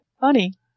Funny